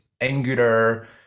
Angular